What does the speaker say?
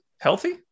healthy